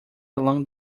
along